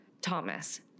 Thomas